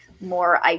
more